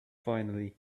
finally